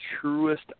truest